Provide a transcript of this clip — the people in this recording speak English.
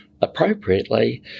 appropriately